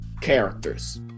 characters